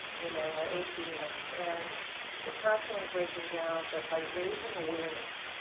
you know. our ac units. and they're constantly breaking down, but by raising awareness,